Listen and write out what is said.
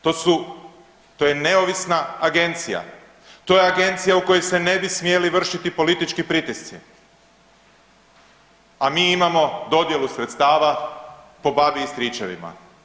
To je neovisna agencija, to je agencija u kojoj se ne bi smjeli vršiti politički pritisci, a mi imamo dodjelu sredstava po babi i stričevima.